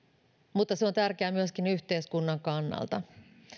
mutta se on tärkeä myöskin yhteiskunnan kannalta